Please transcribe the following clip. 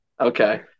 Okay